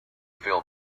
fill